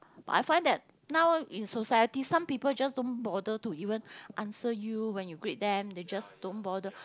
I find that now in society some people just don't bother to even answer you when you greet them they just don't bother